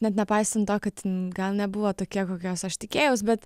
net nepaisant to kad gal nebuvo tokia kokios aš tikėjaus bet